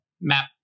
Map